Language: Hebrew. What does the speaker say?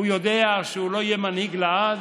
הוא יודע שהוא לא יהיה מנהיג לעד,